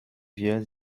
wir